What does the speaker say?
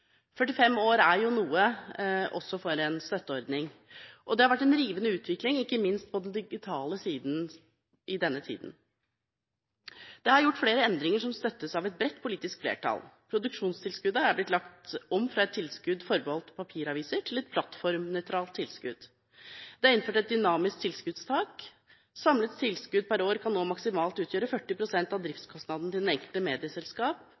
45 år er jo noe – også for en støtteordning. Og det har vært en rivende utvikling, ikke minst på den digitale siden, i denne tiden. Det er gjort flere endringer, som støttes av et bredt politisk flertall. Produksjonstilskuddet er blitt lagt om, fra et tilskudd forbeholdt papiraviser til et plattformnøytralt tilskudd. Det er innført et dynamisk tilskuddstak. Samlet tilskudd per år kan nå maksimalt utgjøre 40 pst. av driftskostnadene til det enkelte medieselskap